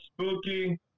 Spooky